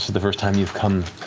the first time you've come